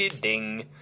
Ding